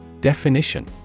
Definition